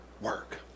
work